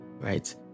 right